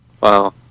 Wow